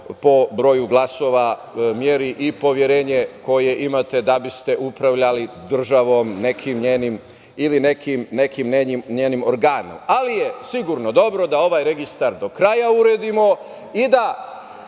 po broju glasova meri i poverenje koje imate da biste upravljali državom ili nekim njenim organom. Ali, sigurno je dobro da ovaj registar do kraja uredimo i da